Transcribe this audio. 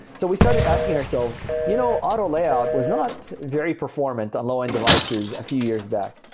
so we started asking ourselves, you know, auto layout was not very performant on low-end devices a few years back.